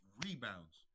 rebounds